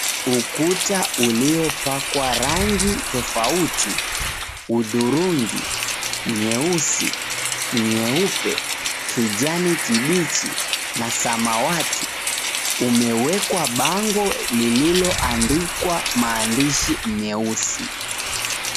Ukuta uliopakwa rangi tofauti: hudhurungi, nyeusi, nyeupe, kijani kibichi na samawati, umewekwa bango lilioandikwa maandishi meusi.